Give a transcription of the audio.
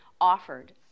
offered